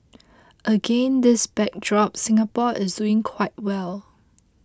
against this backdrop Singapore is doing quite well